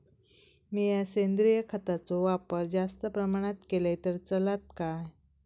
मीया सेंद्रिय खताचो वापर जास्त प्रमाणात केलय तर चलात काय?